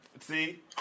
See